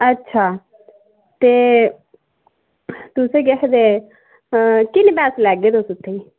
अच्छा ते किन्ने पैसे लैगे तुस उत्थूं दे